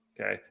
Okay